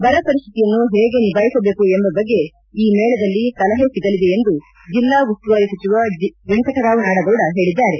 ಬರಪರಿಸ್ತಿತಿಯನ್ನು ಹೇಗೆ ನಿಭಾಯಿಸಬೇಕು ಎಂಬ ಬಗ್ಗೆ ಈ ಮೇಳದಲ್ಲಿ ಸಲಹೆ ಸಿಗಲಿದೆ ಎಂದು ಜಿಲ್ಲಾ ಉಸ್ತುವಾರಿ ಸಚಿವ ವೆಂಕಟರಾವ್ ನಾಡಗೌಡ ಹೇಳಿದ್ದಾರೆ